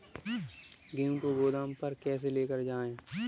गेहूँ को गोदाम पर कैसे लेकर जाएँ?